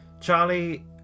Charlie